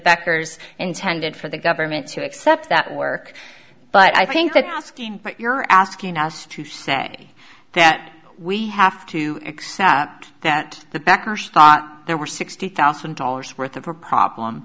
backers intended for the government to accept that work but i think that asking that you're asking us to say that we have to accept that the backers thought there were sixty thousand dollars worth of a problem